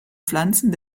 pflanzen